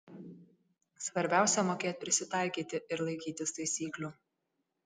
svarbiausia mokėt prisitaikyti ir laikytis taisyklių